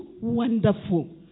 wonderful